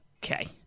okay